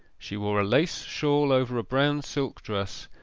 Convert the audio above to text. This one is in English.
she wore a lace shawl over a brown silk dress,